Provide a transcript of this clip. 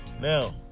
Now